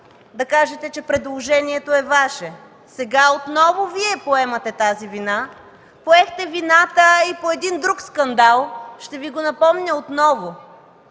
да кажете, че предложението е Ваше. Сега отново Вие поемате тази вина. Поехте вината и по един друг скандал – ще Ви го напомня отново